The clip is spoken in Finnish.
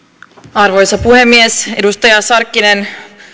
arvoisa puhemies edustaja sarkkinen